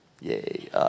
Yay